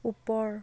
ওপৰ